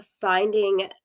finding